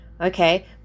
Okay